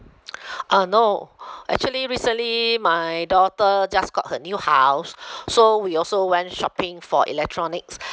uh no actually recently my daughter just got her new house so we also went shopping for electronics